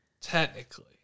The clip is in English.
Technically